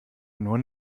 nur